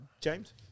James